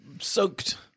Soaked